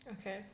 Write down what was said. Okay